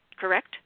correct